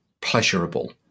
pleasurable